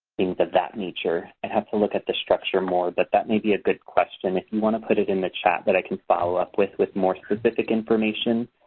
things of that nature. i'd have to look at the structure more but that may be a good question. if you want to put it in the chat so but i can follow-up with, with more specific information,